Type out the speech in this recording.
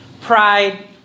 Pride